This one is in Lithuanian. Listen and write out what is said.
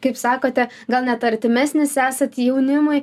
kaip sakote gal net artimesnis esat jaunimui